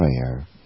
prayer